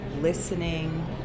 listening